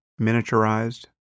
miniaturized